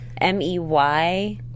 M-E-Y